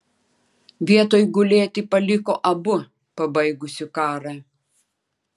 vietoj gulėti paliko abu pabaigusiu karą